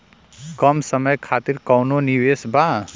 कम समय खातिर कौनो निवेश बा?